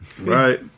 Right